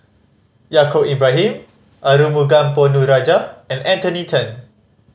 Yaacob Ibrahim Arumugam Ponnu Rajah and Anthony Then